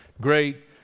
great